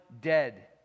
dead